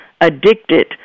addicted